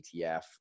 ETF